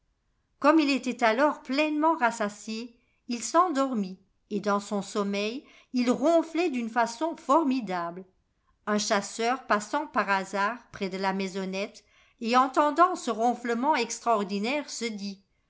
comme il était alors pleinement rassasié il s'endormit et dans son sommeil il ronflait d'une façon formidable un chasseur passant par hasard près de la maisonnette et entendant ce ronflement extraordinaire se dit